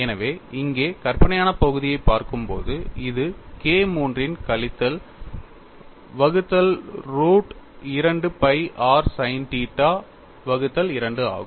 எனவே இங்கே கற்பனையான பகுதியைப் பார்க்கும்போது இது KIII இன் கழித்தல் வகுத்தல் root 2 pi r sin theta வகுத்தல் 2 ஆகும்